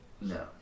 No